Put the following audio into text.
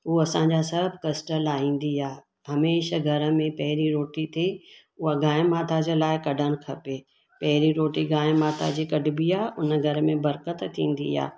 उहो असांजा सभु कश्ट लाहींदी आहे हमेशह घर में पहिरीं रोटी थी उहा गांहि माता जे लाइ कढणु खपे पहिरीं रोटी गांहि माता जी कढिबी आहे उन घर में बरकत थींदी आहे